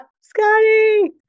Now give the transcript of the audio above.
Scotty